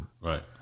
right